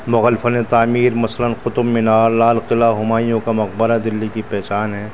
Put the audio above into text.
مغل فنِ تعمیر مثلاً قطب مینار لال قلعہ ہمایوں کا مقبرہ دلی کی پہچان ہے